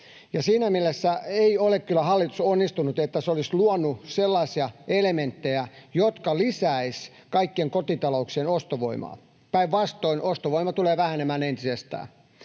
Siinä mielessä ei ole kyllä hallitus onnistunut, että se olisi luonut sellaisia elementtejä, jotka lisäisivät kaikkien kotitalouksien ostovoimaa. Päinvastoin ostovoima tulee vähenemään entisestään.